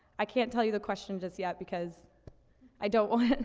i can't tell you the question just yet because i don't want,